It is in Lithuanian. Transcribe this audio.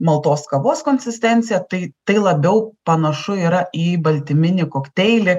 maltos kavos konsistenciją tai tai labiau panašu yra į baltyminį kokteilį